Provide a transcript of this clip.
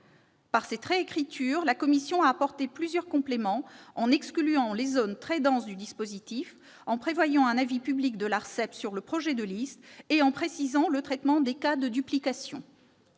Par cette réécriture, la commission a apporté plusieurs compléments, en excluant les zones très denses du dispositif, en prévoyant un avis public de l'ARCEP sur le projet de liste et en précisant le traitement des cas de duplication.